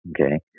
Okay